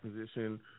position